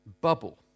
bubble